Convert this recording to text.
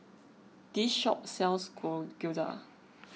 this shop sells Gyoza